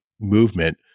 movement